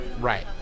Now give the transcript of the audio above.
Right